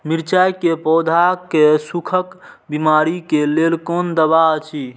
मिरचाई के पौधा के सुखक बिमारी के लेल कोन दवा अछि?